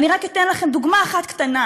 ואני רק אתן לכם דוגמה אחת קטנה,